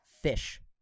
fish